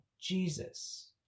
Jesus